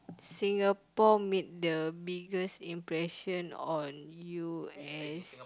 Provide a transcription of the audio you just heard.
Singapore make the biggest impression on you as